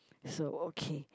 so okay